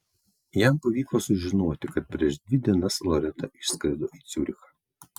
jam pavyko sužinoti kad prieš dvi dienas loreta išskrido į ciurichą